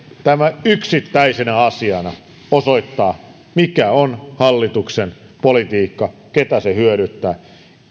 tämä yksittäisenä asiana osoittaa mikä on hallituksen politiikka ketä se hyödyttää